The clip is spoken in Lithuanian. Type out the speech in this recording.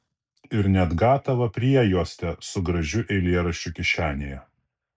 ir net gatavą priejuostę su gražiu eilėraščiu kišenėje